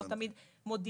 לא תמיד מודים,